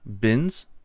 bins